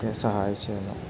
ഒക്കെ സഹായിച്ചിരുന്നു